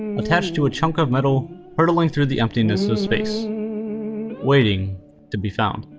attached to a chunk of metal hurtling through the emptiness of space waiting to be found.